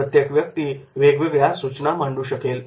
प्रत्येक व्यक्ती वेगवेगळ्या सूचना मांडू शकेल